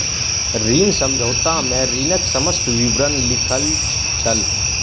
ऋण समझौता में ऋणक समस्त विवरण लिखल छल